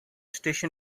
station